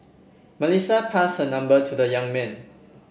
Melissa passed her number to the young man